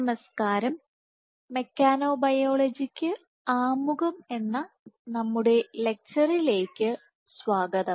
നമസ്കാരം മെക്കാനൊബയോളജിക്ക് ആമുഖം എന്ന നമ്മുടെ ലെക്ച്ചറിലേക്ക് സ്വാഗതം